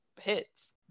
hits